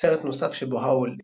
סרט נוסף שבו האוול השתתף,